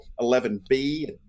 11B